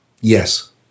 Yes